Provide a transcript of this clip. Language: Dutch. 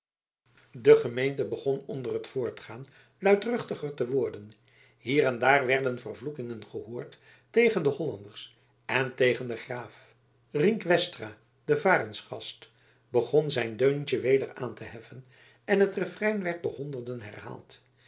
de gemeente begon onder t voortgaan luidruchtiger te worden hier en daar werden vervloekingen gehoord tegen de hollanders en tegen den graaf rienk westra de varensgast begon zijn deuntje weder aan te heffen en het referein werd door honderden herhaald